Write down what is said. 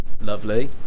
lovely